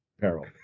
peril